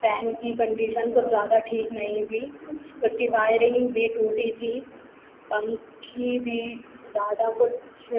fan की condition कुछ ज़्यादा ठीक नहीं थी उसकी वायरिंग भी टूटी थी पंखी भी ज़्यादा कुछ